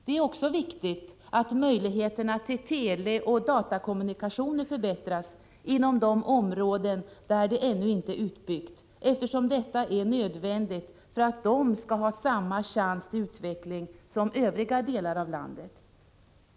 Det är också viktigt att möjligheterna till teleoch datakommunikationer förbättras inom de områden där de ännu inte är utbyggda, eftersom detta är nödvändigt för att de skall ha samma chans till utveckling som övriga delar av landet.